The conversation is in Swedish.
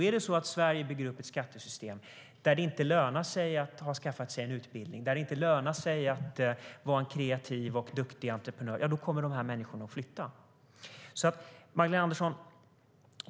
Är det så att Sverige bygger upp ett skattesystem där det inte lönar sig att ha skaffat sig en utbildning eller att vara en kreativ och duktig entreprenör, då kommer de människorna att flytta. Magdalena Andersson!